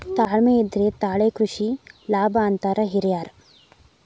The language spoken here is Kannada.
ತಾಳ್ಮೆ ಇದ್ರೆ ತಾಳೆ ಕೃಷಿ ಲಾಭ ಅಂತಾರ ಹಿರ್ಯಾರ್